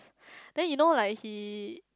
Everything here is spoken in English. then you know like he